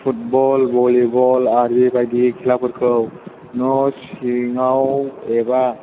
football volleyball आरि बायदि खेलाफोरखौ न' सिङाव एबा